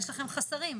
יש לכם חסרים.